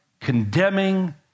condemning